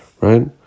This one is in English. Right